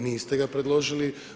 Niste ga predložili.